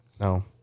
No